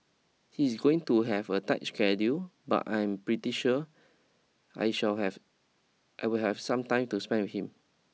he's going to have a tight schedule but I'm pretty sure I shall have I will have some time to spend with him